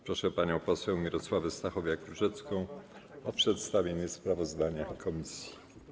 Proszę panią poseł Mirosławę Stachowiak-Różecką o przedstawienie sprawozdania komisji.